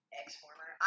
ex-former